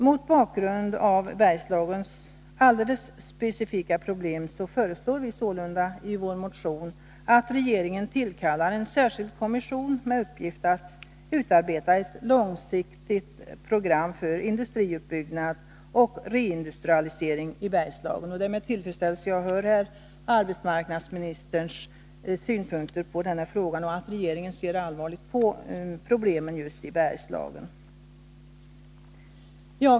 Mot bakgrund av Bergslagens alldeles specifika problem föreslår vi sålunda i vår motion att regeringen tillkallar en särskild kommission med uppgift att utarbeta ett långsiktigt program för industriuppbyggnad och reindustrialisering i Bergslagen. Det är med tillfredsställelse jag här hör arbetsmarknadsministerns synpunkter på denna fråga och att regeringen ser allvarligt på problemen just i Bergslagen.